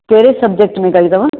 कहिड़े सब्जेक्ट में कई अथव